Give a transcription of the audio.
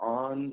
on